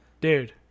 dude